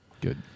Good